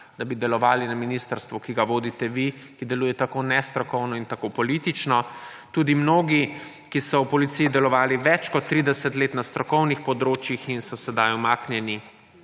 da bi delovali na ministrstvu, ki ga vodite vi, ki deluje tako nestrokovno in tako politično. Tudi mnogi, ki so v policiji delovali več kot 30 let na strokovnih področjih in so sedaj umaknjeni